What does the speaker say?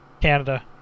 Canada